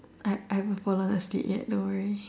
I have I haven't fallen asleep yet don't worry